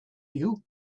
you